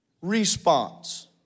response